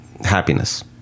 happiness